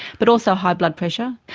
but also high blood pressure.